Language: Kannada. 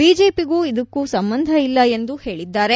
ಬಿಜೆಪಿಗೂ ಇದಕ್ಕೂ ಸಂಬಂಧ ಇಲ್ಲ ಎಂದು ಹೇಳಿದ್ದಾರೆ